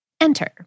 Enter